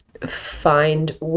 find